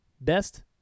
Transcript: best